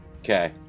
Okay